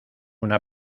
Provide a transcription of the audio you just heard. una